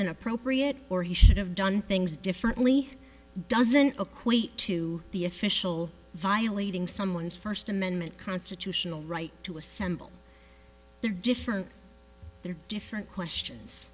inappropriate or he should have done things differently doesn't equate to the official violating someone's first amendment constitutional right to assemble they're different they're different questions